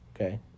okay